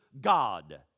God